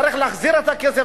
צריך להחזיר את הכסף.